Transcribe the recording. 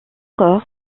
corps